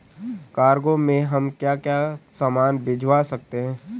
Cargo में हम क्या क्या सामान भिजवा सकते हैं?